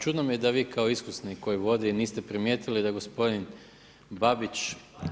Čudno mi je da vi kao iskusni koji vodi niste primijetili da gospodin Babić.